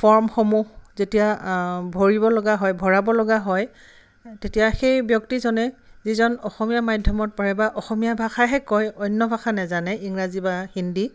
ফৰ্মসমূহ যেতিয়া ভৰিবলগা হয় ভৰাবলগা হয় তেতিয়া সেই ব্যক্তিজনে যিজন অসমীয়া মাধ্যমত পঢ়ে বা অসমীয়া ভাষাহে কয় অন্য ভাষা নাজানে ইংৰাজী বা হিন্দী